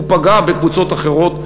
הוא פגע בקבוצות אחרות,